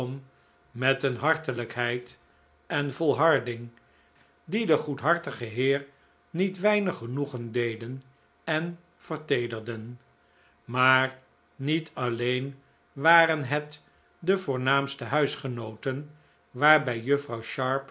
met een hartelijkheid en volharding die den goedhartigen heer niet weinig genoegen deden en verteederden maar niet alleen waren het de voornaamste huisgenooten waarbij juffrouw